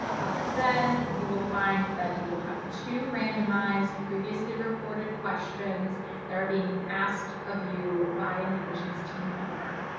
but then you will find that you will have two randomized previously recorded questions that are being asked of you by an admissions team member.